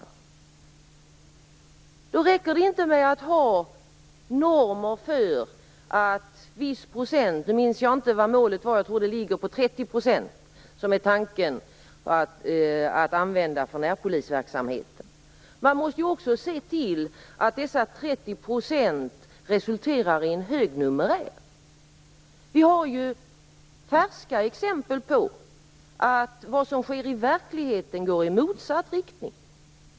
Men då räcker det inte med att ha normer för att en viss procentsats - jag minns inte vad målet är, men jag tror att det ligger på 30 %- skall användas till närpolisverksamhet. Man måste också se till att dessa 30 % resulterar i en hög numerär. Vi har ju färska exempel på att det som sker i verkligheten går i motsatt riktning.